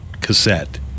cassette